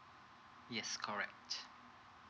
yes correct